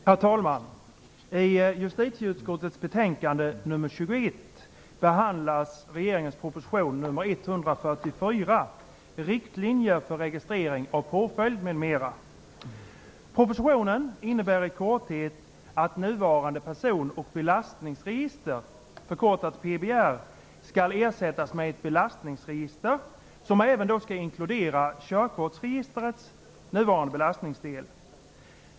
Herr talman! I justitieutskottets betänkande nr 21 Propositionen innebär i korthet att nuvarande person och belastningsregister, förkortat PBR, skall ersättas med ett belastningsregister som även skall inkludera körkortsregistrets nuvarande belastningsdel.